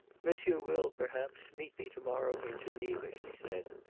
monsieur will, perhaps, meet me to-morrow in geneva, she said.